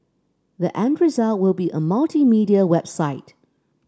the end result will be a multimedia website